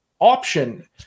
option